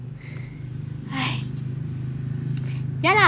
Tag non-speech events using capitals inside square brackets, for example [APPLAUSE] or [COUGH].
[NOISE] yeah lah